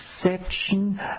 perception